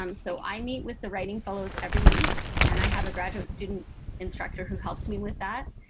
um so i meet with the writing fellows every week. and i have a graduate student instructor who helps me with that.